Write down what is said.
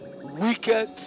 wicked